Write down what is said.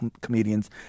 comedians